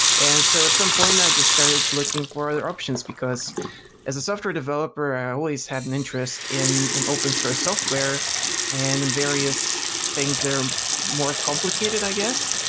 and so at some point i just started looking for other options, because as a software developer, i always had and interest in in open source software and in various things that are more complicated, i guess.